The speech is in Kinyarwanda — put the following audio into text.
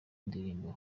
ndirimbo